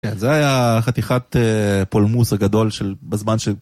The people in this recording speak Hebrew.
כן, זה היה חתיכת פולמוס הגדול של בזמן ש...